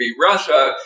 Russia